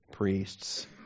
priests